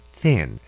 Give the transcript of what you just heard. thin